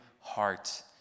heart